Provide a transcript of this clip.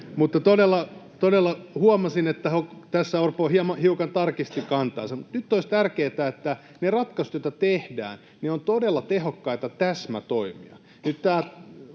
todella huomasin, että tässä Orpo hiukan tarkisti kantaansa. Nyt olisi tärkeätä, että ne ratkaisut, joita tehdään, ovat todella tehokkaita täsmätoimia.